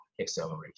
acceleration